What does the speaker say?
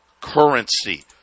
currency